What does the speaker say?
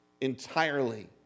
entirely